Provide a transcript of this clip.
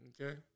Okay